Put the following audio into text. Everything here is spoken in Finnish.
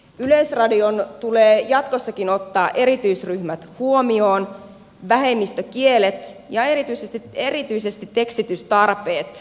yleisradion tulee jatkossakin ottaa erityisryhmät huomioon vähemmistökielet ja erityisesti tekstitystarpeet huomioiden